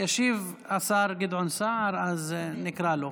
ישיב השר גדעון סער, אז נקרא לו.